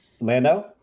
Lando